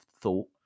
thought